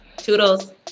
Toodles